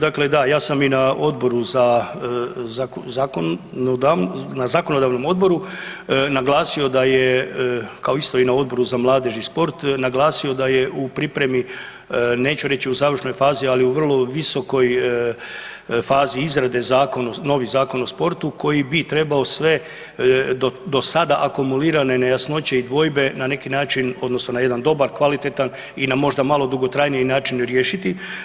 Dakle da, ja sam i na Odboru za, na zakonodavnom odboru naglasio da je kao isto na Odboru za mladež i sport naglasio da je u pripremi, neću reći u završnoj fazi, ali u vrlo visokoj fazi izrade zakon, novi Zakon o sportu koji bi trebao sve do sada akumulirane nejasnoće i dvojbe na neki način odnosno na jedan dobar, kvalitetan i na možda malo dugotrajniji način riješiti.